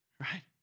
right